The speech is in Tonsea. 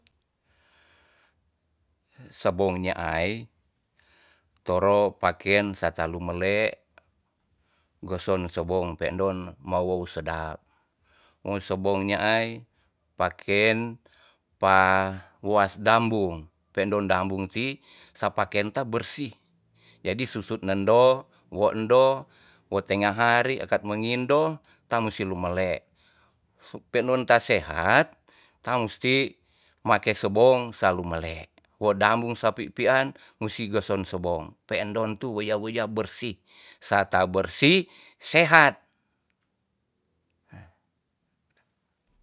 Sabong nyaai toro paken sa ta lu mele goson sebong pe'ndon ma wow sedap wo sabon nyaai paken pa was dambung pe'ndon dambung ti sa paken ta bersih jadi susut nendo wo endo wo tenga hari akat mengindo ta musti lumelek su pe'ndon ta sehat ta musti make sebong salu melek wo dambung sapi pi an musi goson sebong pe'ndon tu weya weya bersih sa ta bersih sehat ha udah